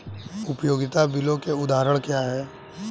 उपयोगिता बिलों के उदाहरण क्या हैं?